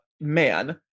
man